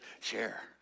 share